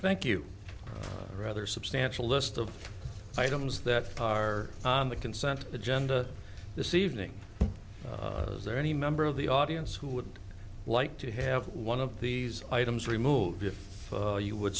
thank you rather substantial list of items that far on the consent agenda this evening is there any member of the audience who would like to have one of these items removed if you would